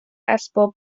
اسباب